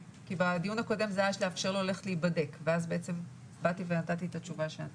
בדיון הקודם זה היה לאפשר לו ללכת להיבדק ואז נתתי את התשובה שנתתי.